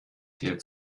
der